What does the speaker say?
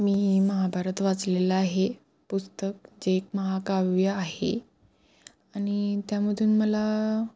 मी महाभारत वाचलेलं आहे पुस्तक जे एक महाकाव्य आहे आणि त्यामधून मला